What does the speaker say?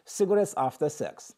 cigarettes after sex